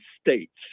States